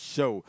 Show